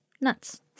nuts